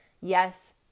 Yes